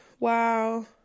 Wow